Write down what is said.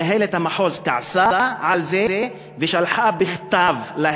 מנהלת המחוז כעסה על זה, ושלחה להם בכתב: